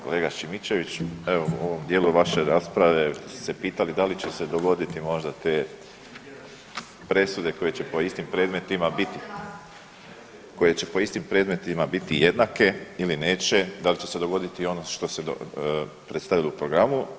Kolega Šimičević evo u ovom dijelu vaše rasprave ste se pitali da li će se dogoditi možda te presude koje će po istim predmetima bit, koje će po istim predmetima biti jednake ili neće, da li će se dogoditi ono što se predstavilo u programu.